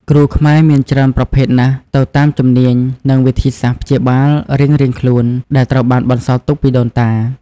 គ្រូខ្មែរមានច្រើនប្រភេទណាស់ទៅតាមជំនាញ និងវិធីសាស្ត្រព្យាបាលរៀងៗខ្លួន ដែលត្រូវបានបន្សល់ទុកពីដូនតា។